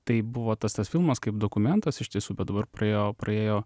tai buvo tas tas filmas kaip dokumentas iš tiesų bet dabar praėjo praėjo